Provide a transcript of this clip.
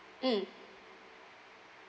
mm